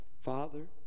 Father